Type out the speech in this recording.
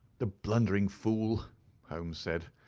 the blundering fool holmes said,